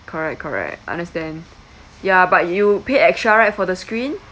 correct correct understand ya but you paid extra right for the screen